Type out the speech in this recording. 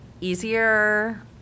easier